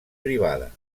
privada